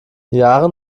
yaren